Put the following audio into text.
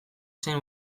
zen